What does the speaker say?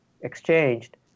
exchanged